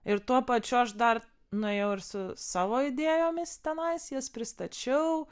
ir tuo pačiu aš dar nuėjau ir su savo idėjomis tenais jas pristačiau